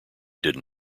did